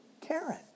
Karen